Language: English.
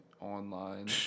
online